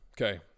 Okay